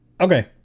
Okay